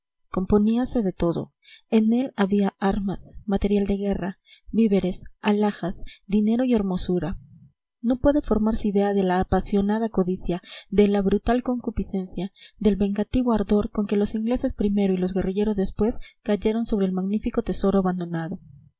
furioso componíase de todo en él había armas material de guerra víveres alhajas dinero y hermosura no puede formarse idea de la apasionada codicia de la brutal concupiscencia del vengativo ardor con que los ingleses primero y los guerrilleros después cayeron sobre el magnífico tesoro abandonado